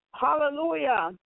Hallelujah